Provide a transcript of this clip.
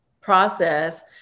process